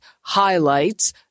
highlights